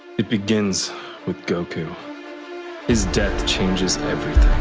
it begins with goku his death changes everything.